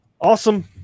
Awesome